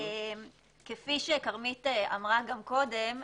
כפי שכרמית אמרה גם קודם,